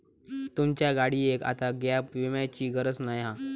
तुमच्या गाडियेक आता गॅप विम्याची गरज नाय हा